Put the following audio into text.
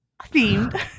themed